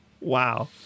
Wow